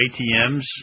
ATMs